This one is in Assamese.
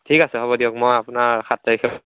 ঠিক আছে হ'ব দিয়ক মই আপোনাৰ সাত তাৰিখে